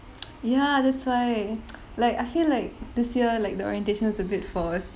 ya that's why like I feel like this year like the orientation is a bit forced